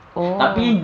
oh